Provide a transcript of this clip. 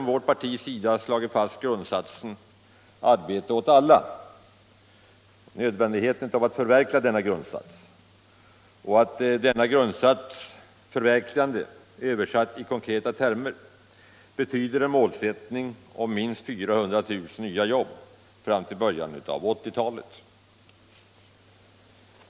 Vårt parti har slagit fast grundsatsen om arbete åt alla och nödvändigheten av att förverkliga denna, vilket översatt i konkreta termer betyder en målsättning om minst 400 000 nya jobb fram till början av 1980-talet.